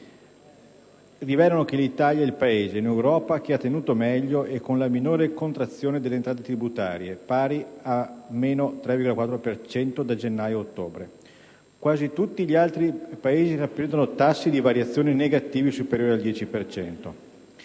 rilevano che l'Italia è il Paese, in Europa, che ha tenuto meglio e con la minore contrazione delle entrate tributarie (meno 3,4 per cento nel periodo che va da gennaio a ottobre). Quasi tutti gli altri Paesi presentano tassi di variazione negativi superiori al 10